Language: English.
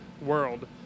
world